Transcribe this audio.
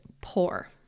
poor